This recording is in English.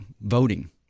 voting